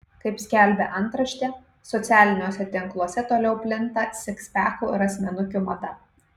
kaip skelbia antraštė socialiniuose tinkluose toliau plinta sikspekų ir asmenukių mada